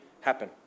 happen